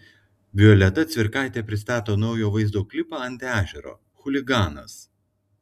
violeta cvirkaitė pristato naują vaizdo klipą ant ežero chuliganas